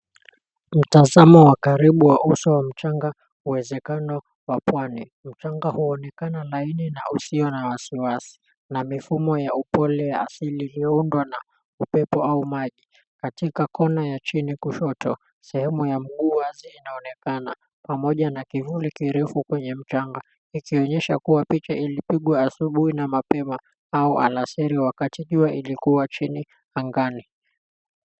Mtazamo wa karibu wa uso wa mchanga uwezekano wa pwani, mchanga huonekana laini na usio na wasiwasi na mifumo ya upole ya asili iliyoundwa na upepo au maji katika kona ya chini kushoto sehemu ya mguu wazi inaonekana pamoja na kivuli kirefu kwenye mchanga kikionyesha kuwa picha ilipigwa asubui na mapema au alasiri wakati jua ilikuwa chini angani.